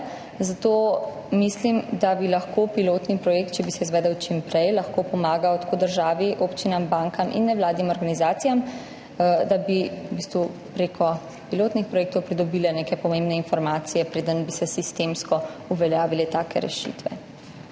Zato mislim, da bi lahko pilotni projekt, če bi se izvedel čim prej, pomagal tako državi, občinam, bankam kot nevladnim organizacijam, da bi prek pilotnih projektov pridobile neke pomembne informacije, preden bi se sistemsko uveljavile take rešitve.